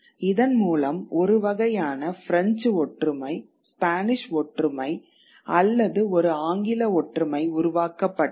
இதன் மூலம்ஒரு வகையான பிரெஞ்சு ஒற்றுமை ஸ்பானிஷ் ஒற்றுமை அல்லது ஒரு ஆங்கில ஒற்றுமை உருவாக்கப்பட்டது